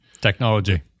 technology